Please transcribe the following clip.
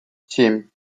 семь